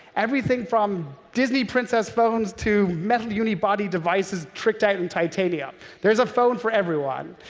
everything from disney princess phones to metal unibody devices tricked out in titanium. there's a phone for everyone.